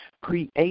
Create